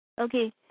Okay